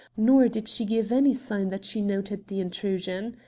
nor did she give any sign that she noted the intrusion.